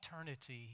eternity